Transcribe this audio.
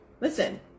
listen